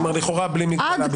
כלומר לכאורה בלי מגבלה בכלל.